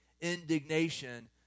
indignation